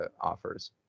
offers